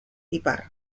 ipar